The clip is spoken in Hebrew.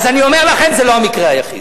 אז אני אומר לכם: זה לא המקרה היחיד.